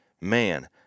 man